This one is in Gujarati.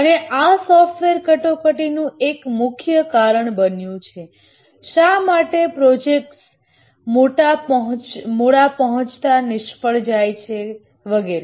અને આ સોફ્ટવેર ક્રાયસીસનું એક મુખ્ય કારણ બન્યું છે શા માટે પ્રોજેક્ટ્સ મોડા પહોંચતા નિષ્ફળ જાય છે વગેરે